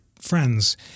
Friends